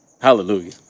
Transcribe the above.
hallelujah